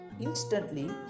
Instantly